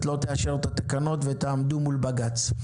לא תאשר את התקנות ותעמדו מול הבג"ץ.